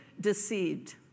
deceived